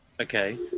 Okay